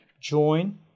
join